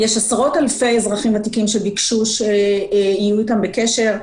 יש עשרות אלפי אזרחים ותיקים שביקשו שיהיו איתם בקשר.